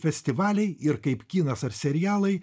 festivaliai ir kaip kinas ar serialai